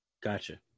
Gotcha